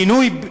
נא לסיים.